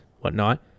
whatnot